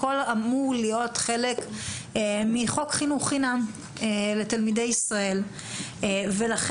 הכל אמור להיות חלק מחוק חינוך חינם לתלמידי ישראל ולכן